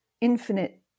infinite